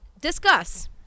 Discuss